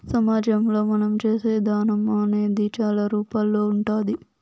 సమాజంలో మనం చేసే దానం అనేది చాలా రూపాల్లో ఉంటాది